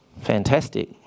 fantastic